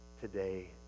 today